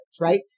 right